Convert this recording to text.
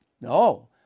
No